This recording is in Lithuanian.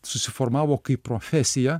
susiformavo kaip profesija